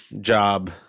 job